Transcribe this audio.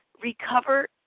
recover